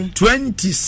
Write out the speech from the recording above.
twenty